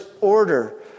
order